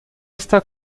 está